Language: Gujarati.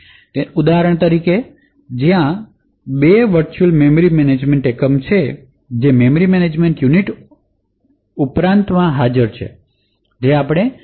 તેથી ઉદાહરણ તરીકે ત્યાં બે વર્ચુઅલ મેમરી મેનેજમેન્ટ એકમો છે જે મેમરી મેનેજમેન્ટ યુનિટ ઉપરાંત હાજર છે જે આપણે એન